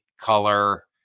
color